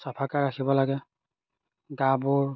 চাফাকৈ ৰাখিব লাগে গাবোৰ